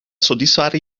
soddisfare